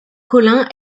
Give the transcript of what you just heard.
collin